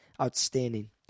outstanding